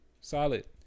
Solid